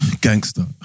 Gangster